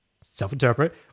Self-interpret